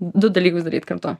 du dalykus daryt kartu